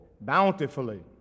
bountifully